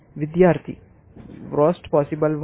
విద్యార్థి worst possible one